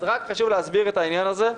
רק חשוב להסביר את העניין הזה.